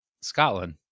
scotland